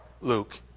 Luke